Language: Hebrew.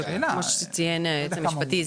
כמו שציין היועץ המשפטי,